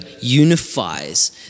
unifies